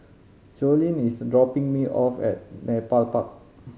Jolene is dropping me off at Nepal Park